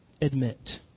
Admit